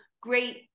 great